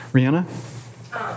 Rihanna